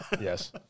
Yes